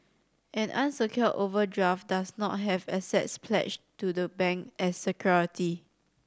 an unsecured overdraft does not have assets pledged to the bank as security